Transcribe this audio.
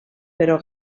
però